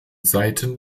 seiten